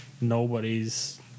nobody's